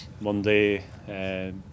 Monday